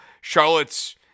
Charlotte's